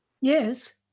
Yes